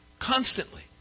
Constantly